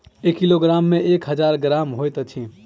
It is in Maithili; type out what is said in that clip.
एक किलोग्राम मे एक हजार ग्राम होइत अछि